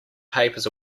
papers